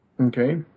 Okay